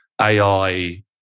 AI